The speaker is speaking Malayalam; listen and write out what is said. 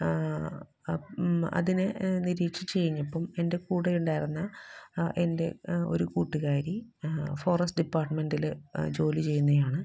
അതിനെ നിരീക്ഷിച്ചു കഴിഞ്ഞപ്പോൾ എൻ്റെ കൂടെയുണ്ടായിരുന്ന എൻ്റെ ഒരു കൂട്ടുകാരി ഫോറസ്റ്റ് ഡിപ്പാർട്ട്മെൻ്റിൽ ജോലി ചെയ്യുന്നതാണ്